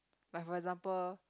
like for example